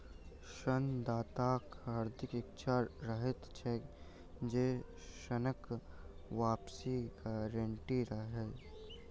ऋण दाताक हार्दिक इच्छा रहैत छै जे ऋणक वापसीक गारंटी रहय